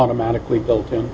automatically built in